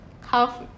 half